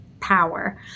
power